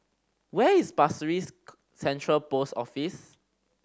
where is Pasir Ris Central Post Office